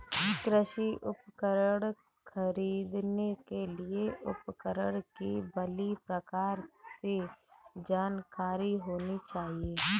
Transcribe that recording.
कृषि उपकरण खरीदने के लिए उपकरण की भली प्रकार से जानकारी होनी चाहिए